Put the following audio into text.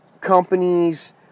companies